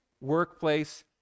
Workplace